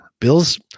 Bills